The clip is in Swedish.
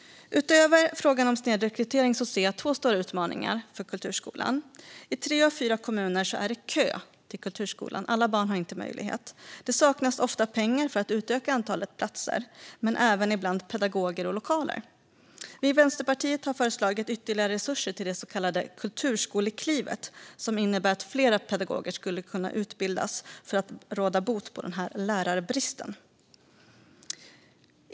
Utöver frågan om snedrekrytering ser jag två stora utmaningar. I tre av fyra kommuner är det kö till kulturskolan. Alla barn har inte möjlighet att delta. Det saknas ofta pengar för att utöka antalet platser men ibland saknas även pedagoger och lokaler. Vi i Vänsterpartiet har föreslagit ytterligare resurser till Kulturskoleklivet, vilket innebär att fler pedagoger kan utbildas för att råda bot på lärarbristen.